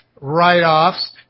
write-offs